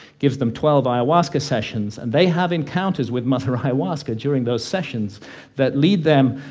gives them twelve ayahuasca sessions, and they have encounters with mother ayahuasca during those sessions that lead them,